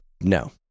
No